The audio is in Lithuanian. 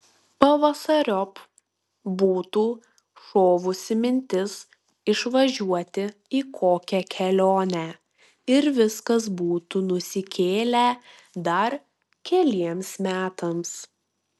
pavasariop būtų šovusi mintis išvažiuoti į kokią kelionę ir viskas būtų nusikėlę dar keliems metams